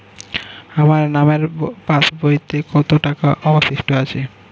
আমার নামের পাসবইতে কত টাকা অবশিষ্ট আছে?